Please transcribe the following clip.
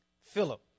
Philip